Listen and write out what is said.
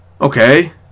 okay